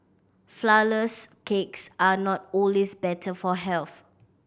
flourless cakes are not always better for health